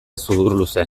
sudurluze